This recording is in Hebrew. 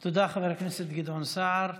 תודה, חבר הכנסת גדעון סער.